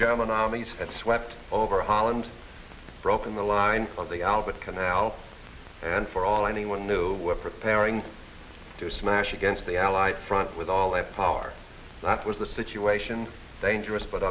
german armies had swept over holland broken the line of the albert canal and for all anyone knew we were preparing to smash against the allied front with all that power that was the situation dangerous but